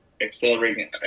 accelerating